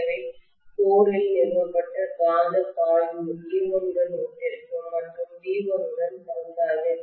எனவே கோரில்மையத்தில் நிறுவப்பட்ட காந்தப் பாய்வு e1 உடன் ஒத்திருக்கும் மற்றும் V1 உடன் பொருந்தாது